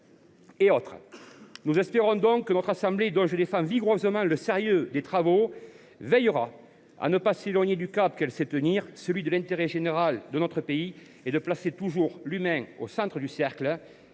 Nous espérons donc que notre assemblée, dont je défends vigoureusement le sérieux des travaux, veillera à ne pas s’éloigner du cap qu’elle sait tenir : servir l’intérêt général de notre pays et placer, toujours, l’humain au centre du cercle.